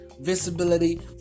visibility